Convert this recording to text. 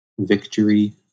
Victory